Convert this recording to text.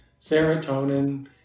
serotonin